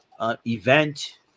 event